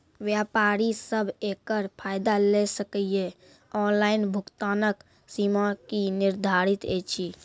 व्यापारी सब एकरऽ फायदा ले सकै ये? ऑनलाइन भुगतानक सीमा की निर्धारित ऐछि?